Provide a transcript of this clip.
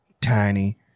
tiny